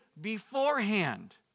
beforehand